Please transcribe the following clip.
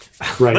Right